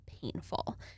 painful